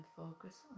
focus